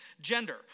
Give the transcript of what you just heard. gender